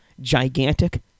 gigantic